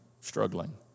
struggling